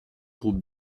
groupe